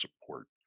support